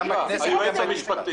זו שאלה שמתעוררת הרבה.